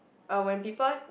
uh when people